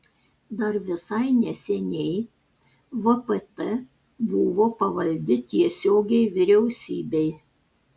dar visai neseniai vpt buvo pavaldi tiesiogiai vyriausybei